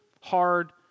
hard